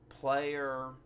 player